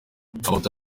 amafoto